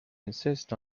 insist